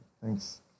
thanks